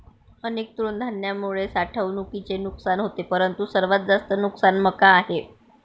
अनेक तृणधान्यांमुळे साठवणुकीचे नुकसान होते परंतु सर्वात जास्त नुकसान मका आहे